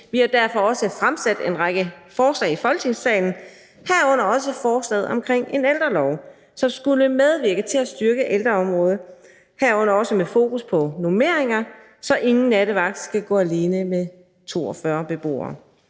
vi har derfor også fremsat en række forslag i Folketingssalen, herunder også forslaget om en ældrelov, som skulle medvirke til at styrke ældreområdet, herunder også med fokus på normeringer, så ingen nattevagt skal gå alene med 42 beboere.